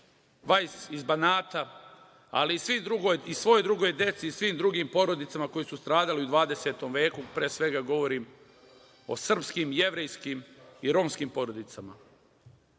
Vajs iz Banata, ali i svoj drugoj deci, svim drugim porodicama koje su stradale u HH veku, pre svega, govorim o srpskim, jevrejskim i romskim porodicama. Nije